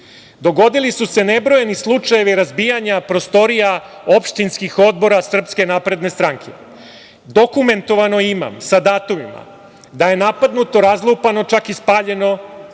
dogodili su se nebrojani slučajevi razbijanja prostorija opštinskih odbora SNS. Dokumentovano imam sa datumima da je napadnuto, razlupano, čak i spaljeno